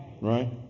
right